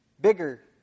bigger